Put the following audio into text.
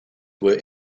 were